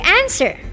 answer